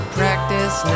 practice